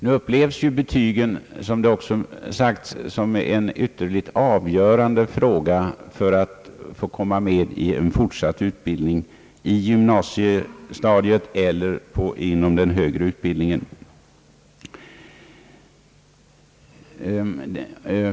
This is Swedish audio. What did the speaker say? Nu upplevs betygen, som också har sagts, som ytterligt avgörande för elevernas möjligheter att komma med i fortsatt utbildning på gymnasiestadiet eller inom den högre utbildningen.